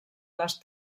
les